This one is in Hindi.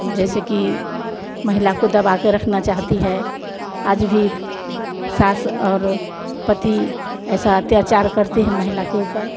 जैसे कि महिला को दबा के रखना चाहती है आज भी सास और पती ऐसा अत्याचार करते हैं महेला के ऊपर